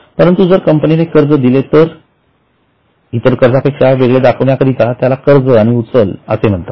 परंतु जर कंपनीने कर्ज दिले तर इतर कर्जापेक्षा वेगळे दाखविण्या करिता त्याला कर्ज आणि उचल असे म्हणतात